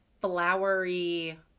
flowery